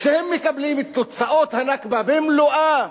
שהם מקבלים את תוצאות ה"נכבה" במלואן,